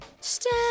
Step